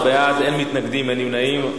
13 בעד, אין מתנגדים, אין נמנעים.